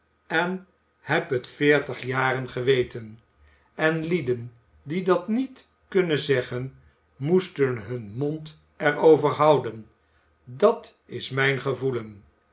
en heb het veertig jaren geweten en lieden die dat niet kunnen zeggen moesten hun mond er over houden dat is mijn gevoelen